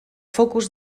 focus